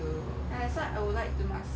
ya that's why I would like to master